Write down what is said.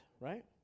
right